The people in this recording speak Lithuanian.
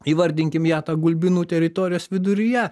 įvardinkim ją tą gulbinų teritorijos viduryje